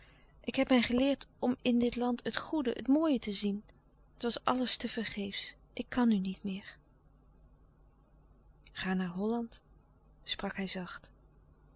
ik heb mij geleerd om in dit land het goede het mooie te zien het was alles tevergeefs ik kan nu niet meer ga naar holland sprak hij zacht